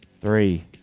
Three